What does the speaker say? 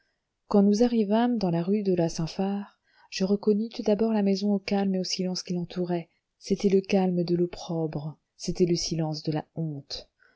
quand nous arrivâmes dans la rue de la saint phar je reconnus tout d'abord la maison au calme et au silence qui l'entouraient c'était le calme de l'opprobre c'était le silence de la honte